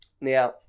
Now